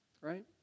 right